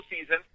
season